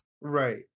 Right